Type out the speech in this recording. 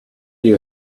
you